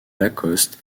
lacoste